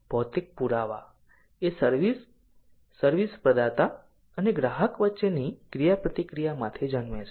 ભૌતિક પુરાવા એ સર્વિસ સર્વિસ પ્રદાતા અને ગ્રાહક વચ્ચેની ક્રિયાપ્રતિક્રિયામાંથી જન્મે છે